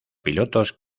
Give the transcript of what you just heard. pilotos